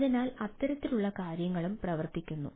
അതിനാൽ അത്തരത്തിലുള്ള കാര്യങ്ങളും പ്രവർത്തിക്കുന്നു